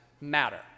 matter